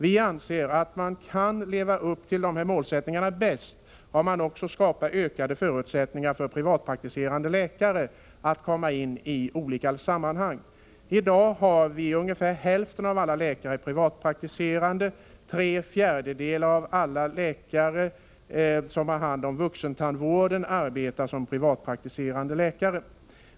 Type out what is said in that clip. Vi anser att man kan leva upp till målsättningarna bäst om man också skapar ökade förutsättningar för privatpraktiserande tandläkare att medverka i olika sammanhang. I dag är ungefär hälften av alla tandläkare privatpraktiserande. Tre fjärdedelar av alla tandläkare som har hand om vuxentandvård arbetar som privatpraktiker.